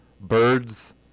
birds